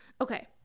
Okay